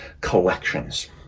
collections